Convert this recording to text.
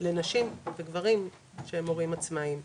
לנשים וגברים שהם הורים עצמאיים,